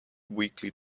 weekly